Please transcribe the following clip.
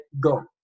go